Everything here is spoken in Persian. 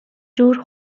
جور